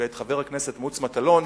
ואת חבר הכנסת מוץ מטלון,